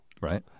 right